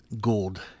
Gold